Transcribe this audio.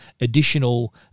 additional